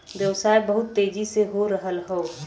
व्यवसाय बहुत तेजी से हो रहल हौ